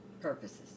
purposes